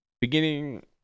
beginning